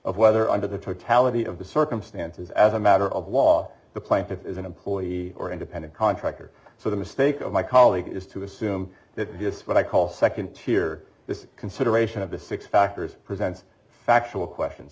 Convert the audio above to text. of whether under the totality of the circumstances as a matter of law the plaintiff is an employee or independent contractor so the mistake of my colleague is to assume that just what i call second tier this consideration of the six factors present factual questions